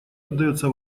отдается